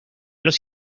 los